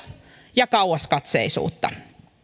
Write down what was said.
ja kauaskatseisuutta